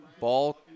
Ball